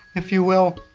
if you will